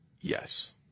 Yes